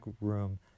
room